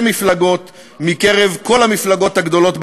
מפלגות מקרב כל המפלגות הגדולות בכנסת,